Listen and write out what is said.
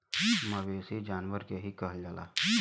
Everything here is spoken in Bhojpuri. मवेसी जानवर के ही कहल जाला